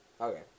Okay